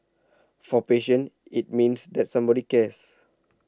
for patients it means that somebody cares